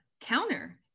counter